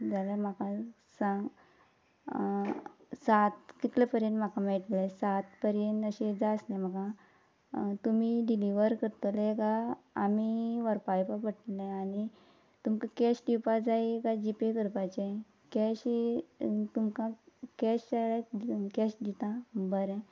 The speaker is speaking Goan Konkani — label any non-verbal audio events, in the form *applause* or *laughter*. जाल्या म्हाका सांग सात कितले पर्यंत म्हाका मेळटलें सात पर्यंत अशें जाय आसलें म्हाका तुमी डिलिव्हर करतलें काय आमी व्हरपा येवपा पडटलें आनी तुमकां कॅश दिवपा जाय काय जिपे करपाचें कॅशय तुमकां कॅश जाय जाल्यार *unintelligible* कॅश दिता बरें